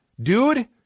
Dude